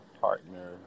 partner